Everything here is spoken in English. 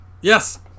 Yes